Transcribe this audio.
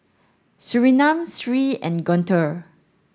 Surinam Sri and Guntur